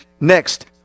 Next